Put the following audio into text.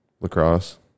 Lacrosse